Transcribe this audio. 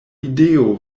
ideo